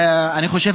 אני חושב,